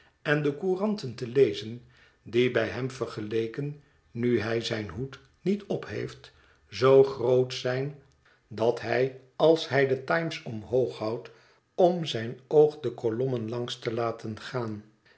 en de couranten te lezen die bij hem vergeleken nu hij zijn hoed niet opheeft zoo groot zijn dat hij als hij den times omhoog houdt om zijn oog de kolommen langs te laten gaan